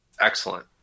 Excellent